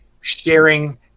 sharing